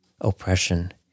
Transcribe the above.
oppression